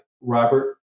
Robert